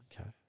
okay